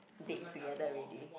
dates together already